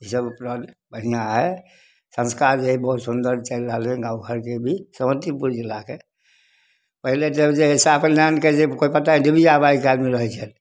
ई सब उपलब्धि बढ़िऑं हइ संस्कार जे हइ बहुत सुन्दर चलि रहलै हइ गाँव घरके भी समस्तीपुर जिलाके पहिले जब जे हइ साकल दानके जे ओकर पता हइ डेली हबाइ जहाजमे रहै छथि